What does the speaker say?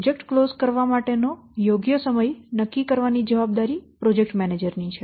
project close કરવા માટે નો યોગ્ય સમય નક્કી કરવાની જવાબદારી પ્રોજેક્ટ મેનેજર ની છે